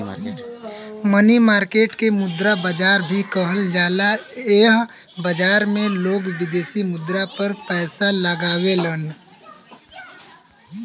मनी market के मुद्रा बाजार भी कहल जाला एह बाजार में लोग विदेशी मुद्रा पर पैसा लगावेलन